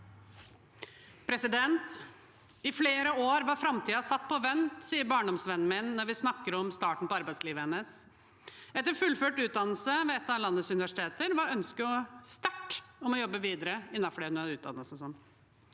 leder): I flere år var framtiden satt på vent, sier barndomsvennen min når vi snakker om starten på arbeidslivet hennes. Etter fullført utdannelse ved et av landets universiteter var ønsket sterkt om å jobbe videre innenfor det hun hadde utdannet seg